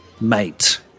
mate